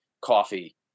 coffee